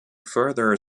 further